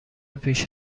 پیش